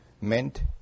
meant